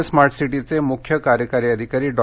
Pune smart सिटीचे मुख्य कार्यकारी अधिकारी डॉ